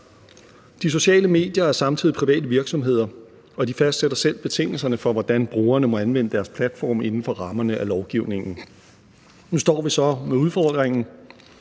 De sociale medier er samtidig private virksomheder, og de fastsætter selv betingelserne for, hvordan brugerne må anvende deres platforme inden for rammerne af lovgivningen. Nu står vi så med udfordringen: